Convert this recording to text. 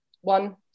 One